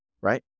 right